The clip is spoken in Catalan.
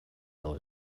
del